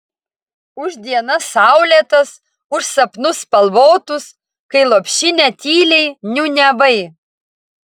už dienas saulėtas už sapnus spalvotus kai lopšinę tyliai niūniavai